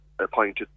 appointed